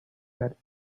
that